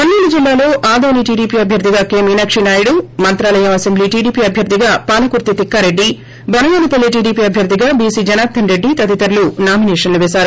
కర్నూలు జిల్లాలో ఆదోని టీడీపీ అభ్యర్థిగా కె మ్నాకి నాయుడు మంత్రాలయం అసెంబ్లీ టీడీపీ అభ్యర్థిగా పాలకుర్తి తిక్కారెడ్డి బనగానపల్లె టీడీపీ అభ్యర్థిగా బీసీ జనార్దన్ రెడ్డి తదితరులు నామినేషన్లు వేశారు